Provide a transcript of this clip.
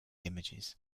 images